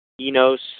Enos